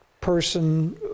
person